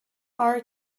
are